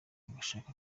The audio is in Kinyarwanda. ugashaka